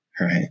right